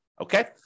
Okay